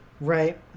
Right